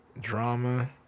drama